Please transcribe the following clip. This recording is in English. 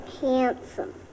handsome